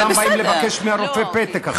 כולם באים לבקש מהרופא פתק עכשיו.